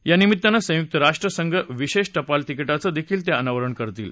या निमित्तानं संयुक्त राष्ट्र संघ विशेष टपाल तिकिटाचं देखील ते अनावरण करतील